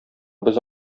без